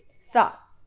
stop